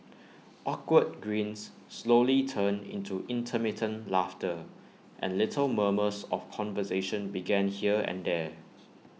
awkward grins slowly turned into intermittent laughter and little murmurs of conversation began here and there